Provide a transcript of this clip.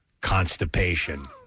constipation